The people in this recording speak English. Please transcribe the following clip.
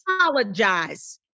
apologize